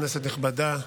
כנסת נכבדה,